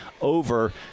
over